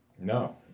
no